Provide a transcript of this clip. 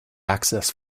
axis